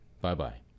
Bye-bye